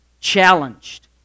challenged